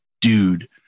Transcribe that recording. dude